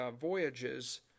voyages